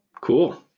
cool